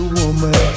woman